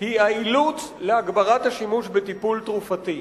היא האילוץ להגברת השימוש בטיפול תרופתי.